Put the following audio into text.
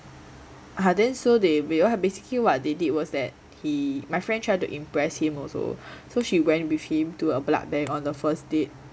ah then so they they all basically what they did was that he my friend tried to impress him also so she went with him to a blood bank on the first date